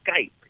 skype